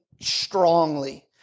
strongly